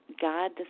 God